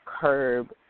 curb